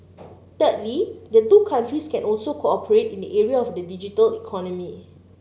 thirdly the two countries can also cooperate in the area of the digital economy